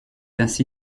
ainsi